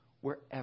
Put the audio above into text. wherever